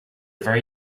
very